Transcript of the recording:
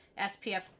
SPF